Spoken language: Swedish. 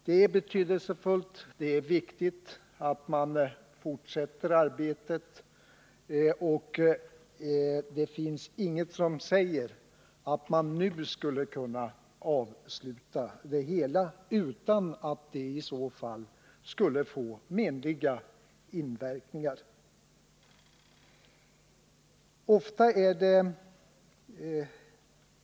Det är betydelsefullt och viktigt att man fortsätter arbetet, och det finns inget som säger att man nu skulle kunna avsluta det hela utan att det i så fall skulle få menliga verkningar.